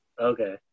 Okay